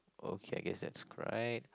okay I guess that's right